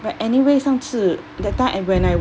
but anyway 上次 that time and when I